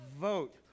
Vote